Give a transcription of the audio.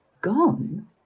Gone